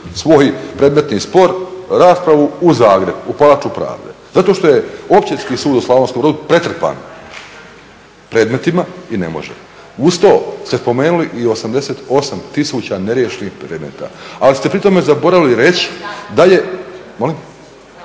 svoj predmetni spor, raspravu u Zagreb, u plaču pravde zato što je Općinski sud u Slavonskom Brodu pretrpan predmetima i ne može. Uz to ste spomenuli i 88000 neriješenih predmeta, ali ste pri tome zaboravili reći …